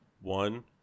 one